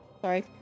Sorry